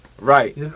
Right